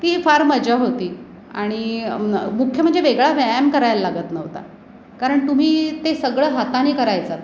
ती फार मजा होती आणि मुख्य म्हणजे वेगळा व्यायाम करायला लागत नव्हता कारण तुम्ही ते सगळं हाताने करायचात